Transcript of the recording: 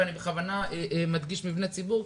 ואני בכוונה מדגיש מבני ציבור,